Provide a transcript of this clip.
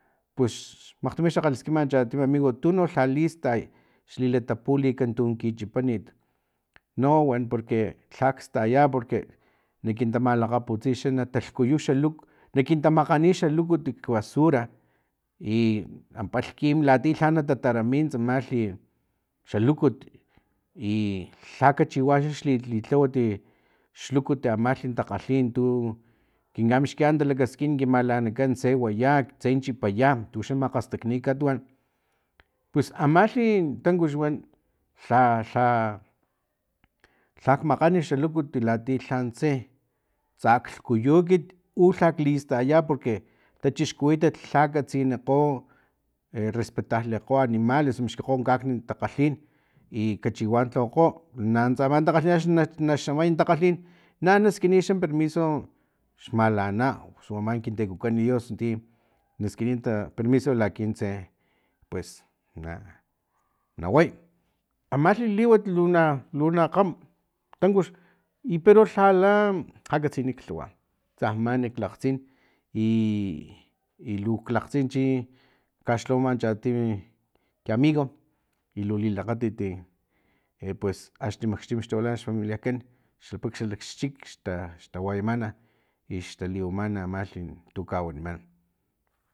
Pus makgtimi xak kgalaskima chatim amigo tunu lha listay xlilatapulikan tuno kichipanit no wan porque lhak staya porque porque na kintamalakgaputsi natalhkuyu xa lukut nakintamakgani xa lukut kbasura i palhkim latia lha natatarami tsamalhi xa lukut i lha kachiwa xa xilitlawat xlukut ama kin takgalhin tu kinkamixkiyan talakaskin ki malanakan tse waya tsen chipaya tuxa makgastakni katuwan pus amalhi tankux wan lha lha lhak makgan xa lukut latiya lhantse tsaklhuyu ekit u lhak listaya porque tachixkuwitat lha katsinikgo respetarlikgo animales miskikgo kakni takgalhin i kachiwa lhawakgo nanuntsa ama takgalhin akxni na xamay takgalhin na naskiniy xa permio xmalana pus u ama kin teko kan dios ti naskiniy permiso lakintse pues na way amalhi liwat nalu kgam tankux i pero lhala lha katsinik lhawa tsamani klakgtsin i luk lakgtsin chi kaxlhawama chatim e ki amigo i lu lilakgatit pues axni makxtim xtawilana xfamilia kan paks xalakxchik xtawayamana i xtaliwamana amalhi tu kawaniman